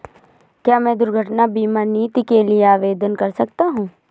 क्या मैं दुर्घटना बीमा नीति के लिए आवेदन कर सकता हूँ?